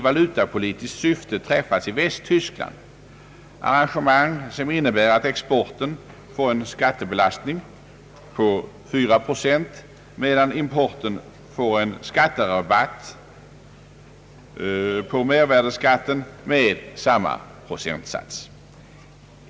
mervärdeskatt lutapolitiskt syfte träffats i Västtyskland, arrangemang som innebär att exporten får en skattebelastning på fyra procent, medan importen får en skatterabatt på mervärdeskatten med samma procentsats.